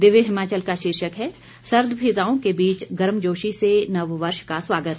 दिव्य हिमाचल का शीर्षक है सर्द फिज़ाओं के बीच गर्मजोशी से नव वर्ष का स्वागत